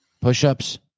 Push-ups